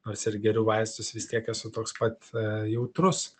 nors ir geriu vaistus vis tiek esu toks pat jautrus